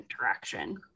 interaction